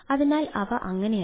അതിനാൽ ഇവ അങ്ങനെയല്ല